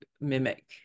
mimic